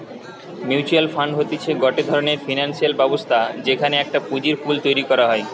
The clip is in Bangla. মিউচুয়াল ফান্ড হতিছে গটে ধরণের ফিনান্সিয়াল ব্যবস্থা যেখানে একটা পুঁজির পুল তৈরী করা হয়